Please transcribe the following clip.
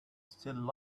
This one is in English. still